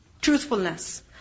truthfulness